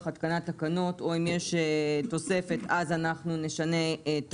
התקנת תקנות או אם יש תוספת אז אנחנו נשנה את